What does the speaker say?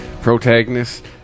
protagonist